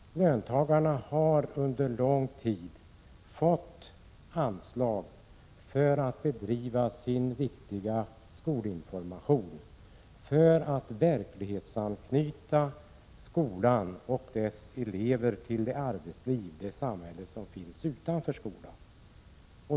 Löntagarna har under lång tid fått anslag för att bedriva sin viktiga skolinformation och för att verklighetsanknyta skolan och dess elever till det samhälle som finns utanför skolan.